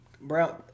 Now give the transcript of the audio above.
Brown